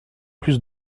plus